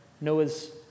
Noah's